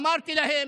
אמרתי להם: